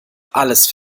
alles